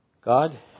God